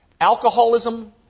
alcoholism